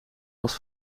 was